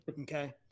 okay